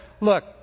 look